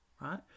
right